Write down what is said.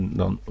dan